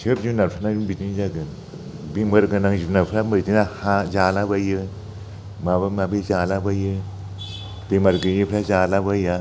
सोब जुनारफोरानो बिदिनो जागोन बेमार गोनां जुनारफ्रा बिदिनो हा जालाबायो माबा माबि जालाबायो बेमार गैयैफ्रा जालाबाया